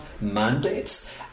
mandates